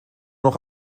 noch